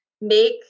make